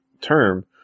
term